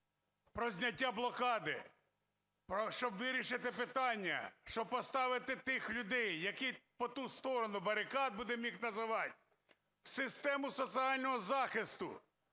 про зняття блокади, щоб вирішити питання, щоб поставити тих людей, які по ту сторону барикад, будемо їх називати, в систему соціального захисту.